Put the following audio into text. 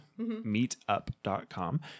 meetup.com